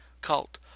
cult